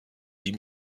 die